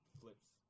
flips